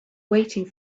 waiting